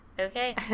Okay